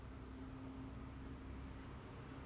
mountains and mountains and mountains apart leh